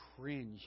cringe